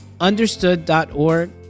understood.org